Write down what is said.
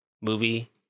movie